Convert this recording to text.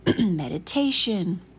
meditation